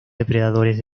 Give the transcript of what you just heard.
depredadores